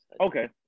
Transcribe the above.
Okay